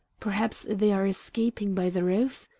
perhaps they are escaping by the roof?